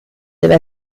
deve